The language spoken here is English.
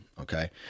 okay